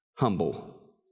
Humble